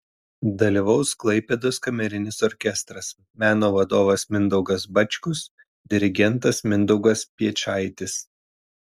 dalyvaus klaipėdos kamerinis orkestras meno vadovas mindaugas bačkus dirigentas mindaugas piečaitis